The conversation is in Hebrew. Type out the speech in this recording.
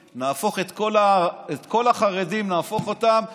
נהפוך את כל החרדים, אין לי טענות על החרדים.